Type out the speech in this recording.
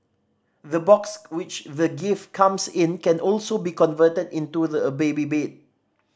the box which the gift comes in can also be converted into the a baby bed